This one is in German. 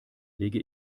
lege